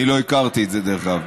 אני לא הכרתי את זה, דרך אגב.